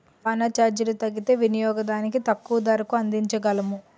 రవాణా చార్జీలు తగ్గితే వినియోగదానికి తక్కువ ధరకు అందించగలము